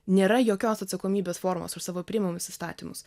nėra jokios atsakomybės formos už savo priimamus įstatymus